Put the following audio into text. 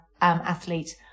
athlete